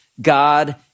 God